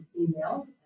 email